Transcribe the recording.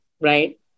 right